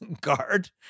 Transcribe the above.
guard